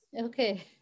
Okay